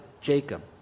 Jacob